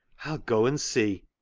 i'll go and see.